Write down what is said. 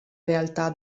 realtà